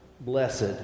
blessed